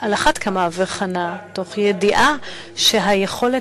על אחת כמה וכמה לנוכח הידיעה שהיכולת